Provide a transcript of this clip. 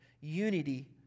unity